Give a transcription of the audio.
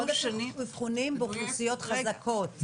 עודף אבחונים באוכלוסיות חזקות.